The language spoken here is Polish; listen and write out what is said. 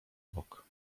bok